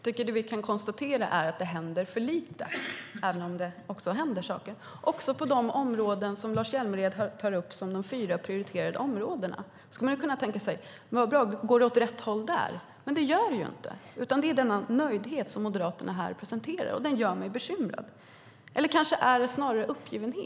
Herr talman! Även om det händer saker händer det för lite, även på de områden som Lars Hjälmered tar upp som de fyra prioriterade områdena. Går det år rätt håll där? Nej, det gör det inte. Den nöjdhet som Moderaterna presenterar gör mig bekymrad. Eller är det snarare uppgivenhet?